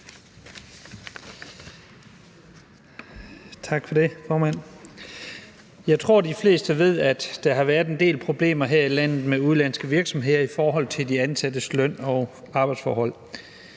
Tak for det, formand. Jeg tror, de fleste ved, at der har været en del problemer her i landet med udenlandske virksomheder i forhold til de ansattes løn og arbejdsforhold.